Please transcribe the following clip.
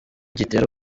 gitera